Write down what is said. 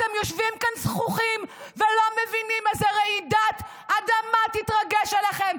אתם יושבים כאן זחוחים ולא מבינים איזו רעידת אדמה תתרגש עליכם.